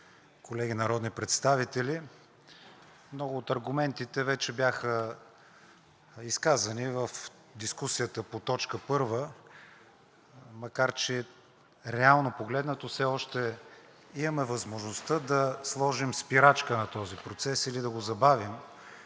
колеги народни представители! Много от аргументите вече бяха изказани в дискусията по точка първа, макар че реално погледнато все още имаме възможността да сложим спирачка на този процес или да го забавим,